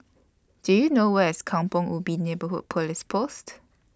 Do YOU know Where IS Kampong Ubi Neighbourhood Police Post